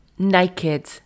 Naked